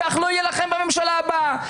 כך לא יהיה לכם בממשלה הבאה,